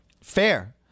Fair